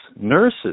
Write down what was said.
nurses